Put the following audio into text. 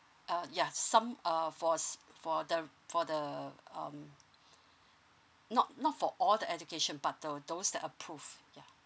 uh ya some err for for the for the um not not for all the education but for those that are approved ya